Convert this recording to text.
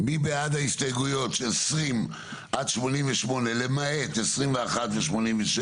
מי בעד ההסתייגויות 20 עד 88 למעט 21 ו-87?